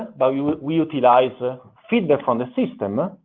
but we we utilize ah feedback from the system,